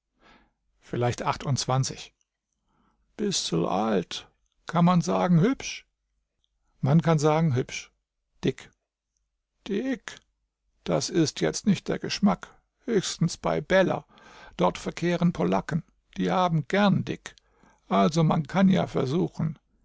vielleicht achtundzwanzig bissel alt kann man sagen hübsch man kann sagen hübsch dick dick das ist jetzt nicht der geschmack höchstens bei beller dort verkehren polaken die haben gern dick also man kann ja versuchen